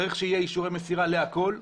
צריך שיהיה אישורי מסירה לכול.